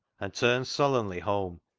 and turned sullenly home.